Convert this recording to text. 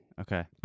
Okay